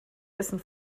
dessen